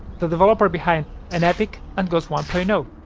the developer behind unepic and ghost one point you know